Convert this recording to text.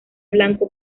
blanco